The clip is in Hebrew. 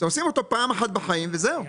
עושים אותו פעם אחת בחיים וזהו.